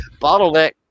Bottleneck